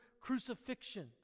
crucifixion